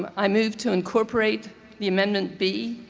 um i move to incorporate the amendment b,